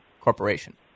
Corporation